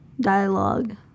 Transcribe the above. Dialogue